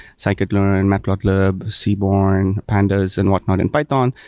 scikit-learn, matplotlib, seaborn, pandas and what not in python.